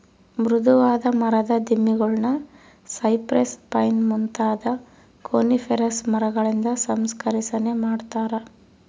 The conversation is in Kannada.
ಮೃದುವಾದ ಮರದ ದಿಮ್ಮಿಗುಳ್ನ ಸೈಪ್ರೆಸ್, ಪೈನ್ ಮುಂತಾದ ಕೋನಿಫೆರಸ್ ಮರಗಳಿಂದ ಸಂಸ್ಕರಿಸನೆ ಮಾಡತಾರ